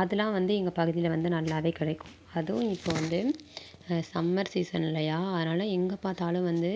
அதெலாம் வந்து எங்கள் பகுதியில் வந்து நல்லாவே கிடைக்கும் அதுவும் இப்போது வந்து சம்மர் சீசன்லேயா அதனால் எங்கே பார்த்தாலும் வந்து